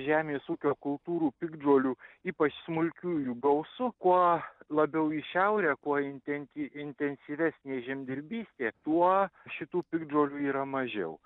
žemės ūkio kultūrų piktžolių ypač smulkiųjų gausu kuo labiau į šiaurę kuo inten intensyvesnė žemdirbystė tuo šitų piktžolių yra mažiau